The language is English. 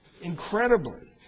incredibly